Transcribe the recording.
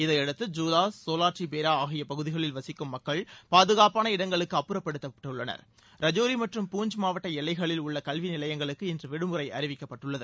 இதையடுத்து ஜூவாஸ் சோலாட்ரி பேரா ஆகிய பகுதிகளில் வசிக்கும் மக்கள் பாதகாப்பான இடங்களுக்கு அப்புறப்படுத்தப்பட்டு உள்ளனர் ரஜோரி மற்றும் பூஞ்ச் மாவட்ட எல்லைகளில் உள்ள கல்வி நிலையங்களுக்கு இன்று விடுமுறை அறிவிக்கப்பட்டுள்ளது